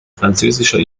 französischer